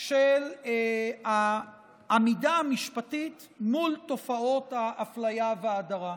של העמידה המשפטית מול תופעות האפליה וההדרה.